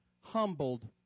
humbled